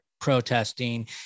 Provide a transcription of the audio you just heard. protesting